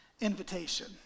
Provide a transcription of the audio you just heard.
invitation